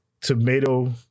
tomato